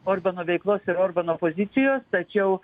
orbano veiklos ir orbano pozicijos tačiau